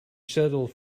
settled